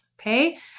okay